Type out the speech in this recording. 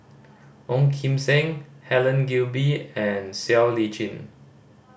Ong Kim Seng Helen Gilbey and Siow Lee Chin